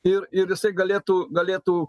ir ir jisai galėtų galėtų